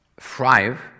thrive